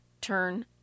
turn